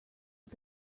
but